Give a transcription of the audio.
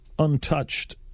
Untouched